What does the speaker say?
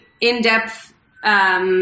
in-depth